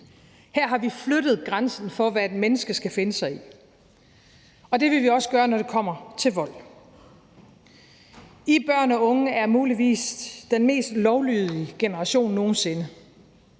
Her har vi flyttet grænsen for, hvad et menneske skal finde sig i. Det vil vi også gøre, når det kommer til vold. I børn og unge er muligvis den mest lovlydige generation nogen sinde.